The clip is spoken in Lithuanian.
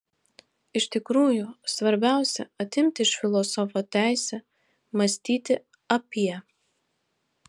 iš tikrųjų svarbiausia atimti iš filosofo teisę mąstyti apie